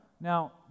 Now